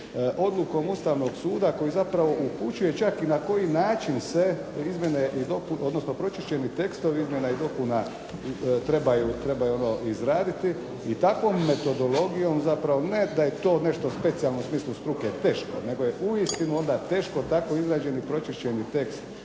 odlukom Ustavnog suda koji zapravo upućuje čak i na koji način se izmjene i dopune, odnosno pročišćeni tekst izmjena i dopuna trebaju ono izraditi i takvom metodologijom zapravo ne da je to nešto specijalno u smislu struke – teško, nego je uistinu onda teško tako izrađeni pročišćeni tekst